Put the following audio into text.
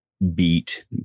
beat